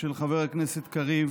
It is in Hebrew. של חבר הכנסת קריב